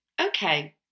Okay